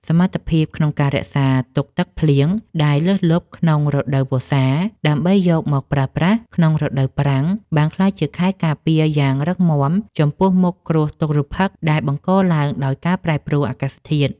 សមត្ថភាពក្នុងការរក្សាទុកទឹកភ្លៀងដែលលើសលប់ក្នុងរដូវវស្សា ដើម្បីយកមកប្រើប្រាស់ក្នុងរដូវប្រាំង បានក្លាយជាខែលការពារយ៉ាងរឹងមាំចំពោះមុខគ្រោះទុរភិក្សដែលបង្កឡើងដោយការប្រែប្រួលអាកាសធាតុ។